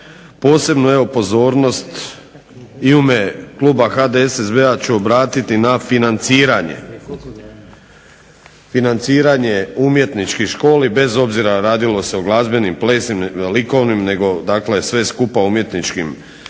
posebnu pozornost i u ime kluba HDSSB-a ću obratiti na financiranje umjetničkih škola, bez obzira radilo se o glazbenim, plesnim, likovnim, nego dakle sve skupa umjetničkoj školi,